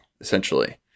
Essentially